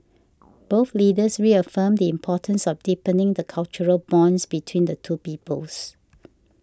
both Leaders reaffirmed the importance of deepening the cultural bonds between the two peoples